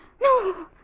no